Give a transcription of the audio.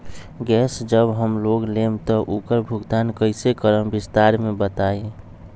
Gas जब हम लोग लेम त उकर भुगतान कइसे करम विस्तार मे बताई?